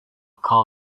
call